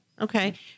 Okay